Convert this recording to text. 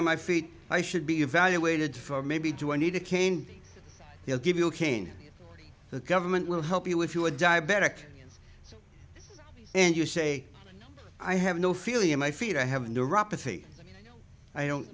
on my feet i should be evaluated for maybe do i need a cane they'll give you a cane the government will help you if you were a diabetic and you say i have no feeling in my feet i have neuropathy i don't